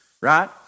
Right